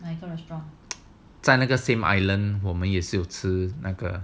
在那个 same island 我们也吃那个